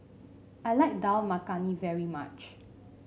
I like Dal Makhani very much